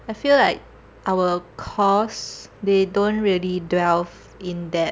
I feel like our course they don't really delve in depth